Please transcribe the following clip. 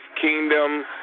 Kingdom